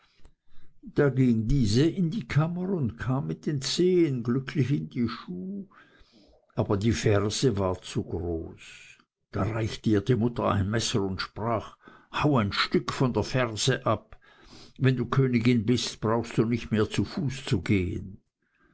da ging diese in die kammer und kam mit den zehen glücklich in den schuh aber die ferse war zu groß da reichte ihr die mutter ein messer und sprach hau ein stück von der ferse ab wann du königin bist brauchst du nicht mehr zu fuß zu gehen